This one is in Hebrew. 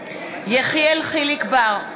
(קוראת בשמות חברי הכנסת) יחיאל חיליק בר,